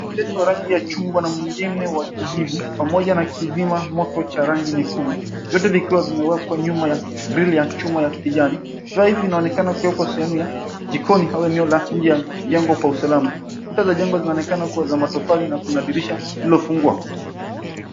Mtungi was gesi ya rangi ya chungwa na mwingine wa kijivu pamoja na kizima moto cha rangi nyekundu, vyote vikiwa vimewekwa nyuma ya grill ya chuma ya kijani. Vifaa hivi vinaonekana kuwekwa sehemu ya jikoni au eneo la nje ya jengo kwa usalama. Kuta za jengo zinaonekana kuwa za matofali na kuna dirisha lililofungwa.